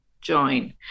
join